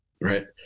right